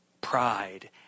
pride